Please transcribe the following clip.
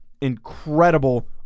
incredible